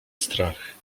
strach